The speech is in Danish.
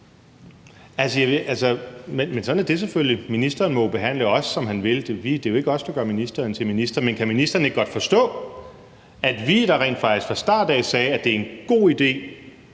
Men sådan er det selvfølgelig. Ministeren må jo behandle os, som han vil. Det er jo ikke os, der gør ministeren til minister. Men kan ministeren ikke godt forstå os, der rent faktisk fra start af har sagt, at det er en god idé